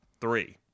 Three